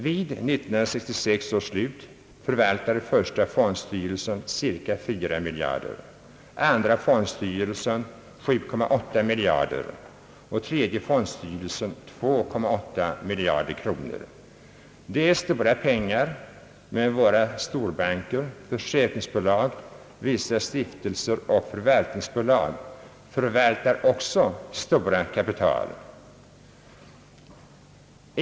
Vid 1966 års slut förvaltade första fondstyrelsen cirka 4 miljarder, andra fondstyrelsen 7,8 miljarder och tredje fondstyrelsen 2,8 miljarder kronor. Det är stora pengar, men våra storbanker, försäkringsbolag, vissa stiftelser och förvaltningsbolag förvaltar också stora kapital.